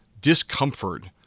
discomfort